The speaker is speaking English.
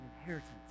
inheritance